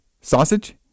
sausage